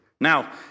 Now